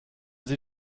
sie